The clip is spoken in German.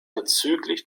bezüglich